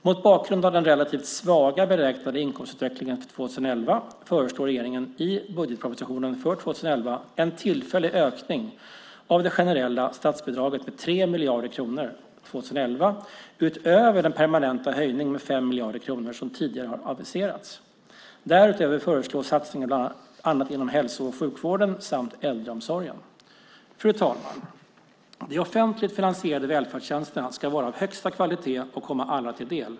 Mot bakgrund av den relativt svaga beräknade inkomstutvecklingen 2011 föreslår regeringen i budgetpropositionen för 2011 en tillfällig ökning av det generella statsbidraget med 3 miljarder kronor 2011 utöver den permanenta höjning med 5 miljarder kronor som tidigare har aviserats. Därutöver föreslås satsningar bland annat inom hälso och sjukvården och äldreomsorgen. Fru talman! De offentligt finansierade välfärdstjänsterna ska vara av högsta kvalitet och komma alla till del.